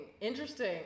Interesting